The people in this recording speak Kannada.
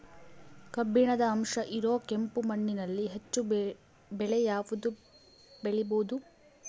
ಕಬ್ಬಿಣದ ಅಂಶ ಇರೋ ಕೆಂಪು ಮಣ್ಣಿನಲ್ಲಿ ಹೆಚ್ಚು ಬೆಳೆ ಯಾವುದು ಬೆಳಿಬೋದು?